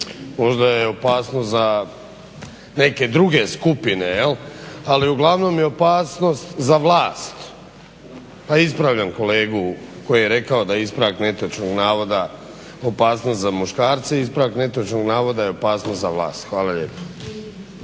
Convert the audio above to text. Možda je opasnost za neke druge skupine, ali je uglavnom opasnost za vlast pa ispravljam kolegu koji je rekao da je ispravak netočnog navoda opasnost za muškarce. Ispravak netočnog navoda je opasnost za vlast. Hvala lijepo.